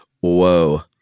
whoa